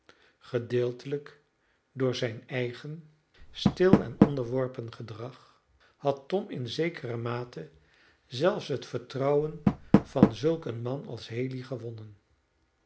gedeeltelijk door zijn eigen stil en onderworpen gedrag had tom in zekere mate zelfs het vertrouwen van zulk een man als haley gewonnen